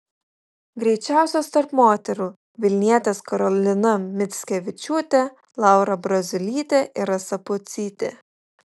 greičiausios tarp moterų vilnietės karolina mickevičiūtė laura braziulytė ir rasa pocytė